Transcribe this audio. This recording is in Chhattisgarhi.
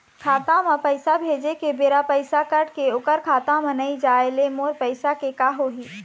खाता म पैसा भेजे के बेरा पैसा कट के ओकर खाता म नई जाय ले मोर पैसा के का होही?